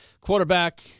quarterback